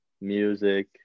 music